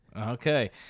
Okay